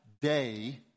day